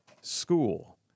school